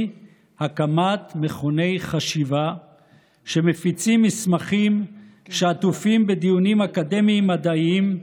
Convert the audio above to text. היא הקמת מכוני חשיבה שמפיצים מסמכים שעטופים בדיונים אקדמיים-מדעיים.